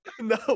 No